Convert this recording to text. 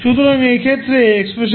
সুতরাং এইক্ষেত্রে এক্সপ্রেশানটি হবে